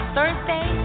Thursday